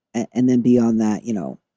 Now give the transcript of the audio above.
and then beyond that, you know.